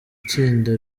tsinda